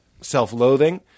self-loathing